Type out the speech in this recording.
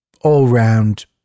all-round